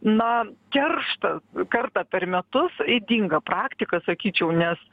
na kerštas kartą per metus ydinga praktika sakyčiau nes